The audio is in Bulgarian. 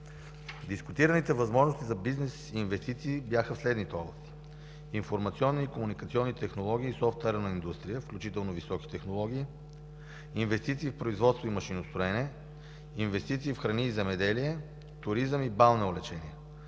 Дискутираните възможности за бизнес и инвестиции са в следните области: - информационни и комуникационни технологии и софтуерна индустрия, включително високи технологии; - инвестиции в производство и машиностроене; - инвестиции в храни и земеделие; - туризъм и балнеолечение.